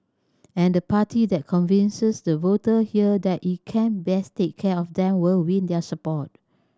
and the party that convinces the voter here that it can best take care of them will win their support